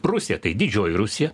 rusija tai didžioji rusija